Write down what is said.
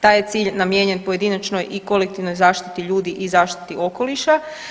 Taj je cilj namijenjen pojedinačnoj i kolektivnoj zaštiti ljudi i zaštiti okoliša.